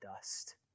dust